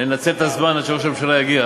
ננצל את הזמן עד שראש הממשלה יגיע